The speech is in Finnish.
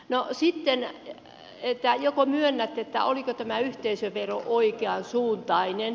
no sitten joko myönnätte oliko tämä yhteisövero oikean suuntainen